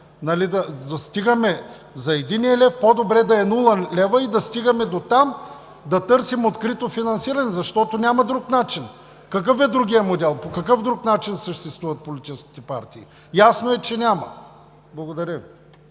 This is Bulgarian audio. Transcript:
ще стигаме до единия лев, по-добре е да е нула лева и да стигаме дотам да търсим открито финансиране, защото няма друг начин. Какъв е другият модел, по какъв друг начин съществуват политическите партии? Ясно е, че няма. Благодаря Ви.